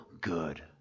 good